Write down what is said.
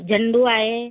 झंडू आहे